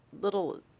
little